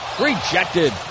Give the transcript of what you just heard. Rejected